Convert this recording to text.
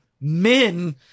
Men